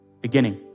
Beginning